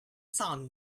sound